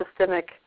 systemic